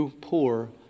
poor